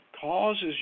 causes